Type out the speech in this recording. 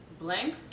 blank